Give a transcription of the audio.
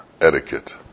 etiquette